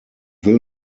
will